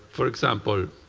for example,